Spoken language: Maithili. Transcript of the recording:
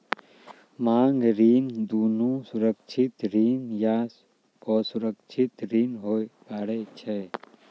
मांग ऋण दुनू सुरक्षित ऋण या असुरक्षित ऋण होय पारै छै